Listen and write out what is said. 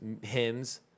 hymns